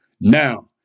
Now